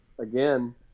again